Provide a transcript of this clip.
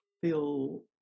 feel